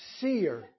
seer